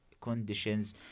conditions